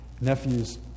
nephew's